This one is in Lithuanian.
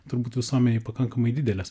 turbūt visuomenėj pakankamai didelės